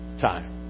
time